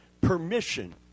permission